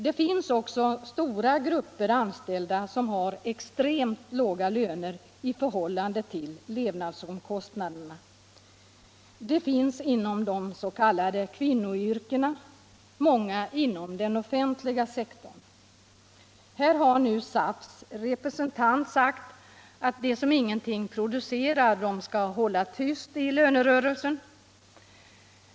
Det finns också stora grupper anställda som har extremt låga löner i förhållande till levnadsomkostnaderna. De finns inom de s.k. kvinnoyrkena, många inom den offentliga sektorn. Här har nu SAF:s representant sagt att de som ingenting producerar skall hålla tyst i lönerörelsen.